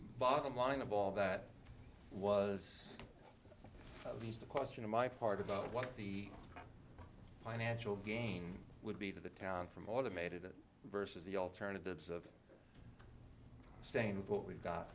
bottom line of all that was these the question in my part about what the financial gain would be to the town from automated it versus the alternatives of staying with what we've got